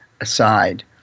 aside